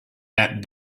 that